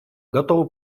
готова